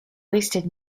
wasted